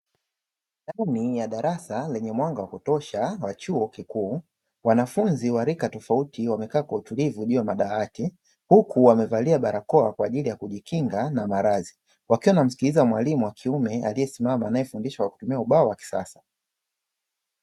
Ndani ya darasa lenye mwanga wa kutosha wa chuo kikuu, wanafunzi wa rika tofauti wamekaa kwa utulivu juu ya madawati, huku wamevalia barakoa kwa ajili ya kujikinga na maradhi, wakiwa wanamsikiliza mwalimu wa kiume, aliyesimama, anayefundisha kwa kutumia ubao wa kisasa.